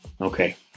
Okay